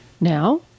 Now